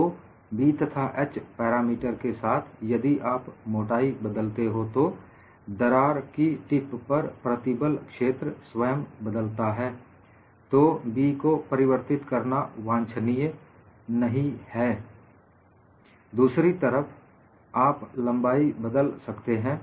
तो B तथा h parameter के साथ यदि आप मोटाई बदलते हो तो दरार की टिप पर प्रतिबल क्षेत्र स्वयं बदलता है तो B को परिवर्तित करना वांछनीय नहीं है दूसरी तरफ आप लंबाई बदल सकते हैं